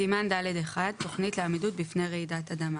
"סימן ד'1: תכנית לעמידות בפני רעידת אדמה